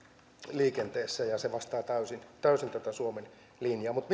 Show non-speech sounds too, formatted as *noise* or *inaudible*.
liikenteessä ja se vastaa täysin täysin tätä suomen linjaa mutta *unintelligible*